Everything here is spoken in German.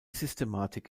systematik